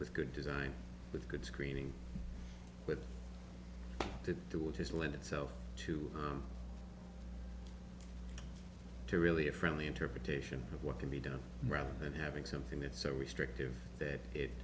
with good design with good screening with the tool to swim itself to to really a friendly interpretation of what can be done rather than having something that's so restrictive that it